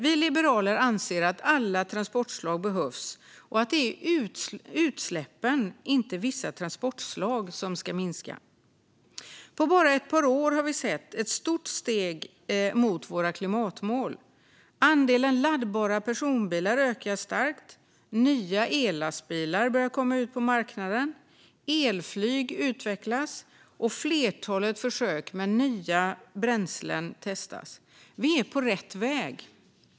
Vi liberaler anser att alla transportslag behövs och att det är utsläppen, inte vissa transportslag, som ska minska. På bara ett par år har vi sett ett stort steg mot våra klimatmål. Andelen laddbara personbilar ökar starkt, nya ellastbilar börjar komma ut på marknaden, elflyg utvecklas och ett flertal försök med nya bränslen testas. Vi är på rätt väg.